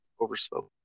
overspoke